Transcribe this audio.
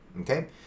Okay